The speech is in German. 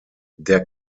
der